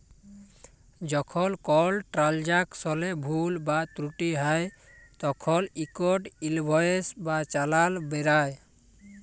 যখল কল ট্রালযাকশলে ভুল বা ত্রুটি হ্যয় তখল ইকট ইলভয়েস বা চালাল বেরাই